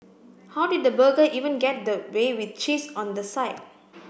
how did the burger even get that way with cheese on the side